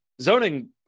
zoning